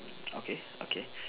okay okay